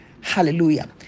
Hallelujah